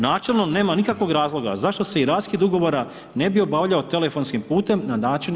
Načelno nema nikakvog razloga zašto se i raskid ugovora ne bi obavljao telefonskim putem na način